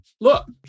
Look